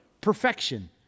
perfection